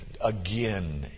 again